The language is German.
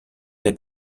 der